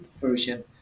version